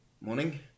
morning